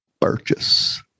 purchase